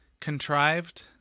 Contrived